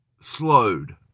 slowed